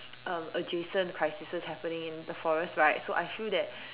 um adjacent crises happening in the forest right so I feel that